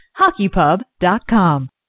HockeyPub.com